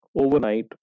overnight